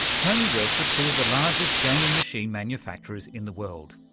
tony worked for two of the largest gaming machine manufacturers in the world,